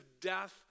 death